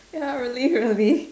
ya really really